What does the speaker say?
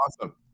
Awesome